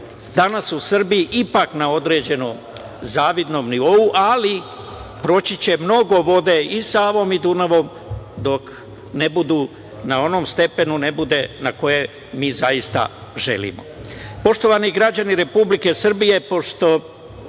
danas u Srbiji ipak na određenom zavidnom nivou, ali proći će mnogo vode i Savom u Dunavom dok ne bude na onom stepenu na kojem mi zaista želimo. Poštovani građani Republike Srbije, pošto